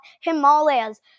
Himalayas